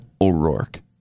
O'Rourke